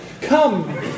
Come